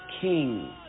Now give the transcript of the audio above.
King